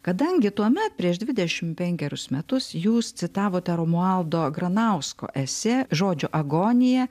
kadangi tuomet prieš dvidešimt penkerius metus jūs citavote romualdo granausko esė žodžio agonija